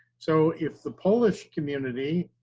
so, if the polish community,